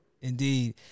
Indeed